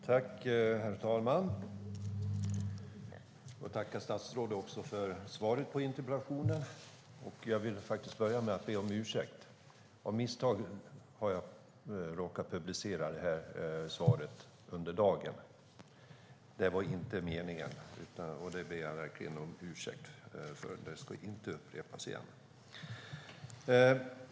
Herr talman! Jag får tacka statsrådet för svaret på interpellationen. Jag vill börja med att be om ursäkt. Av misstag har jag råkat publicera svaret under dagen. Det var inte meningen. Det ber jag verkligen om ursäkt för. Det ska inte upprepas.